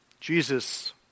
Jesus